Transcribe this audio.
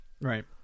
right